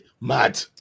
Mad